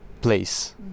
place